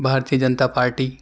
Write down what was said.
Bharatiya Janata party